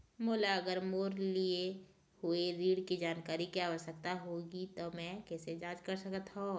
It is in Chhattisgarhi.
मोला अगर मोर लिए हुए ऋण के जानकारी के आवश्यकता होगी त मैं कैसे जांच सकत हव?